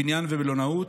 בבניין ובמלונאות.